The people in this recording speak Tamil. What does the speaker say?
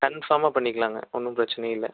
கன்ஃபார்மாக பண்ணிக்கலாங்க ஒன்றும் பிரச்சினையே இல்லை